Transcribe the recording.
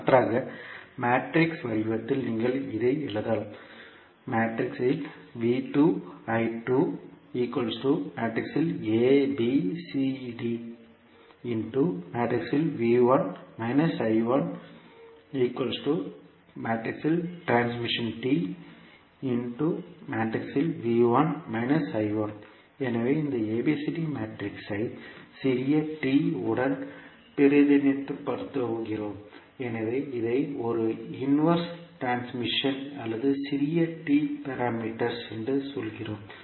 மாற்றாக மேட்ரிக்ஸ் வடிவத்தில் நீங்கள் இதை எழுதலாம் எனவே இந்த abcd மேட்ரிக்ஸை சிறிய t உடன் பிரதிநிதித்துவப்படுத்துகிறோம் எனவே இதை ஒரு இன் வர்ஸ் டிரான்ஸ்மிஷன் அல்லது சிறிய t பாராமீட்டர்ஸ் என்று சொல்கிறோம்